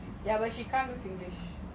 ya but she can't do singlish